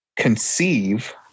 conceive